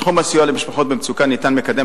בתחום הסיוע למשפחות במצוקה ניתן מקדם